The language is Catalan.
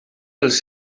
dels